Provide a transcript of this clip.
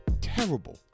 terrible